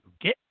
get